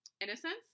innocence